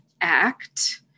act